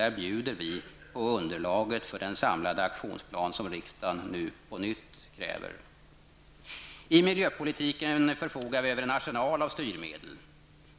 Där bjuder vi på underlag för den samlade aktionsplan som riksdagen nu på nytt kräver. I miljöpolitiken förfogar vi över en arsenal av styrmedel.